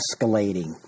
escalating